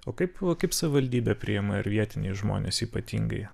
o kaip kaip savivaldybė priima ir vietiniai žmonės ypatingai